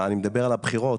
אני מדבר על הבחירות.